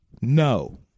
No